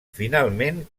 finalment